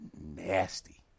Nasty